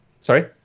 Sorry